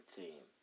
team